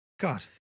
God